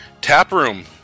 Taproom